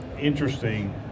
interesting